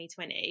2020